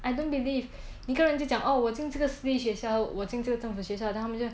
I don't believe 每个人就讲 oh 我进这个私立学校我进这个政府学校他们就